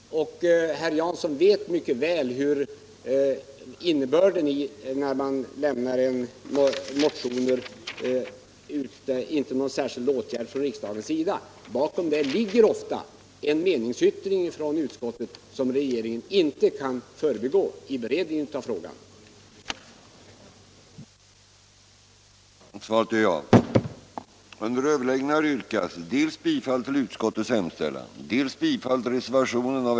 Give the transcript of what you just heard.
Herr Jansson vet mycket väl innebörden av att motioner lämnas utan någon särskild åtgärd från riksdagens sida. Bakom detta ligger ofta en meningsyttring som regeringen inte kan förbigå vid beredningen av frågan.